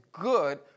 good